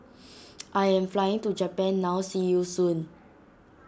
I am flying to Japan now see you soon